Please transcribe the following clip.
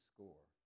Score